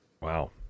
Wow